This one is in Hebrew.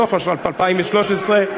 סוף 2013,